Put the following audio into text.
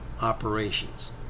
operations